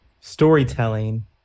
storytelling